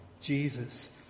jesus